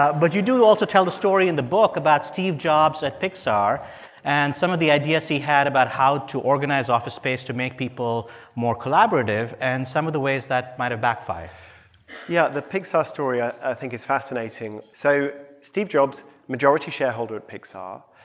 ah but you do also tell the story in the book about steve jobs at pixar and some of the ideas he had about how to organize office space to make people more collaborative and some of the ways that might have backfired yeah, the pixar story i i think is fascinating. so steve jobs, majority shareholder at pixar,